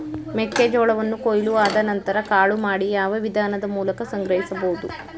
ಮೆಕ್ಕೆ ಜೋಳವನ್ನು ಕೊಯ್ಲು ಆದ ನಂತರ ಕಾಳು ಮಾಡಿ ಯಾವ ವಿಧಾನದ ಮೂಲಕ ಸಂಗ್ರಹಿಸಬಹುದು?